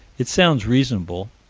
it sounds reasonable.